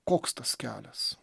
koks tas kelias